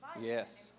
Yes